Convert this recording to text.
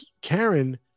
karen